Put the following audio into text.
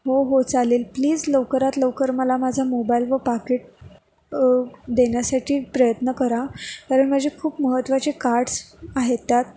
हो हो चालेल प्लीज लवकरात लवकर मला माझा मोबाईल व पाकीट देण्यासाठी प्रयत्न करा कारण माझे खूप महत्वाचे कार्ड्स आहेत त्यात